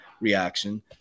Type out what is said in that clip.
reaction